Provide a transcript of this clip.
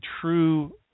true